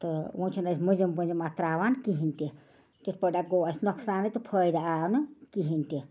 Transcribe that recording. تہٕ وۄنۍ چھُنہٕ أسۍ مٔنٛزِم پٔنٛزِم اَتھ ترٛاوان کِہیٖنۍ تہِ تِتھۍ پٲٹھیٛا گوٚو اَسہِ نۄقصانٕے تہٕ فٲیدٕ آو نہٕ کِہیٖنۍ تہِ